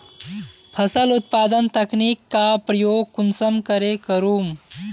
फसल उत्पादन तकनीक का प्रयोग कुंसम करे करूम?